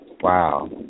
Wow